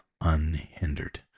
unhindered